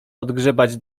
odgrzebać